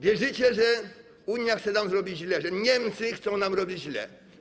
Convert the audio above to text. Wierzycie, że Unia chce nam zrobić źle, że Niemcy chcą nam robić źle.